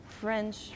French